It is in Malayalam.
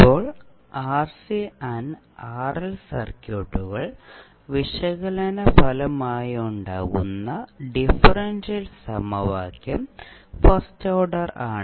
ഇപ്പോൾ RC ആൻഡ് RL സർക്യൂട്ടുകൾ വിശകലന ഫലമായുണ്ടാകുന്ന ഡിഫറൻഷ്യൽ സമവാക്യം ഫസ്റ്റ് ഓർഡർ ആണ്